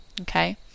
okay